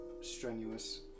strenuous